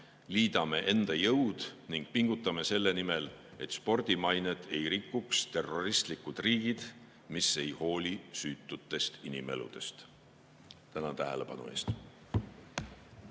Liidame enda jõud ning pingutame selle nimel, et spordi mainet ei rikuks terroristlikud riigid, mis ei hooli süütute inimeste eludest. Tänan tähelepanu eest!